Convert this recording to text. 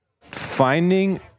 finding